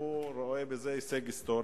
הוא רואה בזה הישג היסטורי.